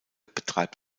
betreibt